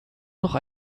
noch